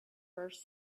first